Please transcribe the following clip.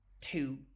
two